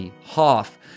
Hoff